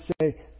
say